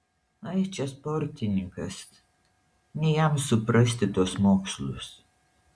ai čia sportininkas ne jam suprasti tuos mokslus